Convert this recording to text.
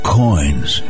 coins